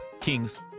Kings